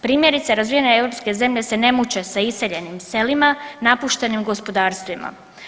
Primjerice, razvijene europske zemlje se ne muče sa iseljenim selima i napuštenim gospodarstvima.